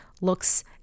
looks